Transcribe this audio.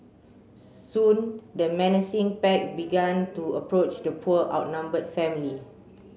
soon the menacing pack began to approach the poor outnumbered family